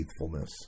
faithfulness